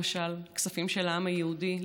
למשל: כספים של העם היהודי,